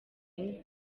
inka